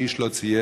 ואיש לא צייץ.